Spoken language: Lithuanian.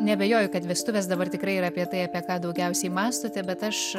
neabejoju kad vestuvės dabar tikrai yra apie tai apie ką daugiausiai mąstote bet aš